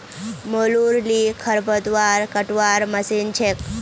मोलूर ली खरपतवार कटवार मशीन छेक